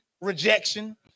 rejection